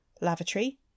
lavatory